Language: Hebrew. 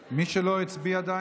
שעדיין לא הצביע,